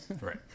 Right